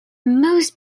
most